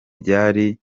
byari